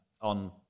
on